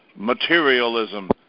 materialism